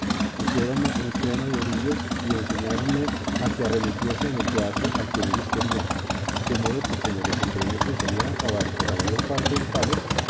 pusiéronme un freno de orillos y enseñáronme a que arremetiese en el teatro a quien ellos querían de modo que como los entremeses solían acabar por la mayor parte en palos